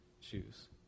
choose